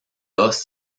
dos